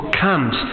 comes